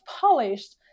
polished